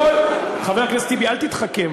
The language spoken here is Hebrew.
חבר הכנסת טיבי, אל תתחכם.